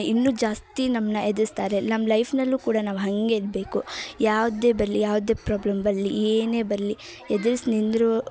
ಇನ್ನು ಜಾಸ್ತಿ ನಮನ್ನ ಹೆದ್ರಿಸ್ತಾರೆ ನಮ್ಮ ಲೈಫ್ನಲ್ಲು ಕೂಡ ನಾವು ಹಾಗೆ ಇರಬೇಕು ಯಾವುದೇ ಬರಲಿ ಯಾವುದೇ ಪ್ರಾಬ್ಲಮ್ ಬರಲಿ ಏನೇ ಬರಲಿ ಎದುರ್ಸಿ ನಿಂದ್ರು